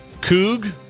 Coog